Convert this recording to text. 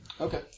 Okay